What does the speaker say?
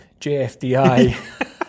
JFDI